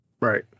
Right